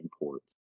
Imports